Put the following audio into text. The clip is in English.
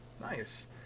Nice